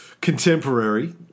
contemporary